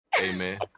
Amen